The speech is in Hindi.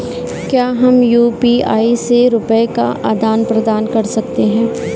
क्या हम यू.पी.आई से रुपये का आदान प्रदान कर सकते हैं?